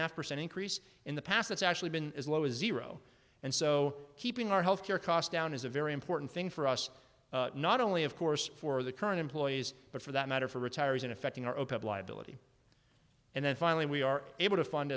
after cent increase in the past that's actually been as low as zero and so keeping our health care costs down is a very important thing for us not only of course for the current employees but for that matter for retirees in affecting our own ability and then finally we are able to fund